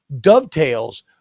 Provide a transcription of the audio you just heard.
dovetails